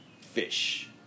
Fish